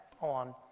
on